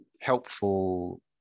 helpful